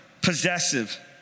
possessive